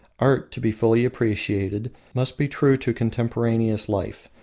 art, to be fully appreciated, must be true to contemporaneous life.